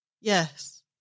Yes